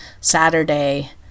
Saturday